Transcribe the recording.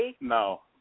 No